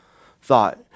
thought